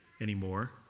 anymore